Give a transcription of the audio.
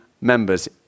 members